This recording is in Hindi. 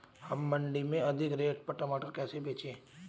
हम मंडी में अधिक रेट पर टमाटर कैसे बेचें?